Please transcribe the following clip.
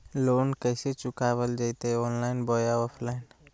Loan कैसे चुकाबल जयते ऑनलाइन बोया ऑफलाइन?